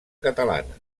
catalana